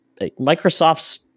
microsoft's